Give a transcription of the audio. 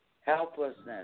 Helplessness